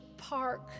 Park